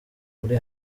muri